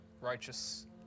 righteous